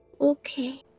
Okay